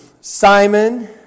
Simon